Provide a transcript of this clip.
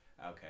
Okay